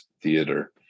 theater